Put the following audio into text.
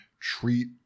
treat